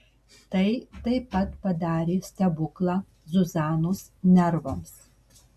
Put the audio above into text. tai taip pat padarė stebuklą zuzanos nervams